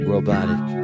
robotic